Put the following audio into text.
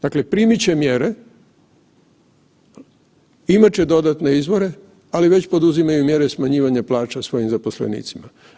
Dakle, primit će mjere, imat će dodatne izvore, ali već poduzimaju mjere smanjivanja plaća svojim zaposlenicima.